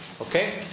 Okay